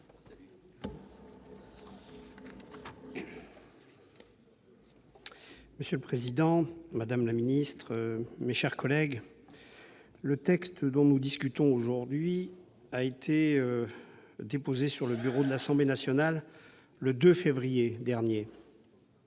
Monsieur le président, madame la secrétaire d'État, mes chers collègues, le texte dont nous discutons aujourd'hui a été déposé sur le bureau de l'Assemblée nationale le 2 février dernier,